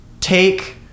take